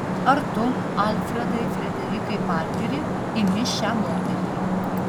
ar tu alfredai frederikai parkeri imi šią moterį